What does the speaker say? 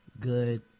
good